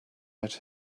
out